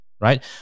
Right